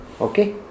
Okay